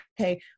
okay